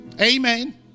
Amen